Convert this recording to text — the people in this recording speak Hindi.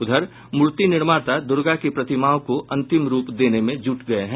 उधर मूर्ति निर्माता दूर्गा की प्रतिमाओं को अंतिम रूप देने में जुट गये हैं